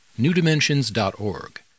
newdimensions.org